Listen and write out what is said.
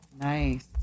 Nice